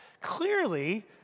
clearly